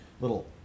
little